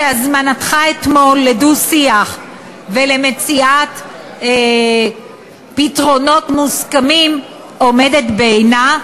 שהזמנתך אתמול לדו-שיח ולמציאת פתרונות מוסכמים עומדת בעינה.